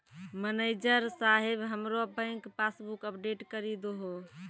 manager साहेब हमरो bank passbook update करि दहो